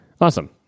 Awesome